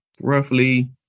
roughly